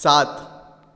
सात